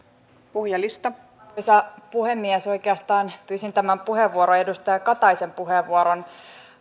puhujalista arvoisa puhemies oikeastaan pyysin tämän puheenvuoron edustaja kataisen puheenvuoron